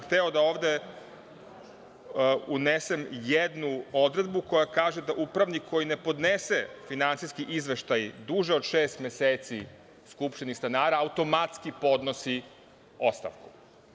Hteo sam da ovde unesem jednu odredbu, koja kaže da upravnik koji ne podnese finansijski izveštaj duže od šest meseci skupštini stanara, automatski podnosi ostavku.